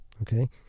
okay